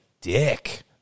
dick